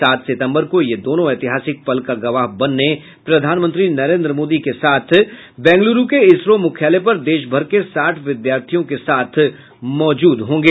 सात सिंतबर को यें दोनो एतिहासिक पल का गवाह बनने प्रधानमंत्री नरेन्द्र मोदी के साथ बैंगलुरु के इसरो मुख्यालय पर देश भर के साठ विधार्थियों के साथ मौजूद होंगे